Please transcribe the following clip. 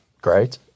great